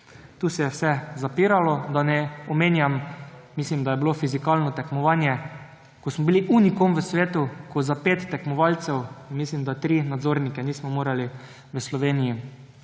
Tukaj se je vse zapiralo. Da ne omenjam, mislim, da je bilo fizikalno tekmovanje, ko smo bili unikum na svetu, ko za pet tekmovalcev in tri nadzornike nismo mogli v Sloveniji